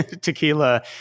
tequila